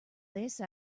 lace